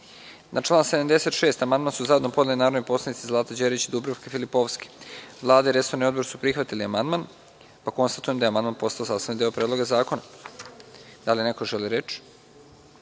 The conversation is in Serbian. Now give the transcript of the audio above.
Ne. Na član 76. amandman su zajedno podneli narodni poslanici Zlata Đerić i Dubravka Filipovski. Vlada i resorni odbor su prihvatili amandman. Konstatujem da je amandman postao sastavni deo Predloga zakona. Da li neko želi reč?